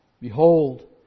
Behold